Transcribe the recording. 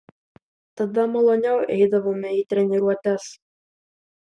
tada maloniau eidavome į treniruotes